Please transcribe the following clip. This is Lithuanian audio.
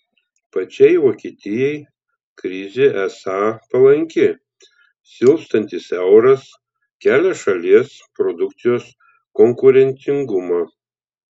pačiai vokietijai krizė esą palanki silpstantis euras kelia šalies produkcijos konkurencingumą